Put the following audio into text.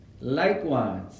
Likewise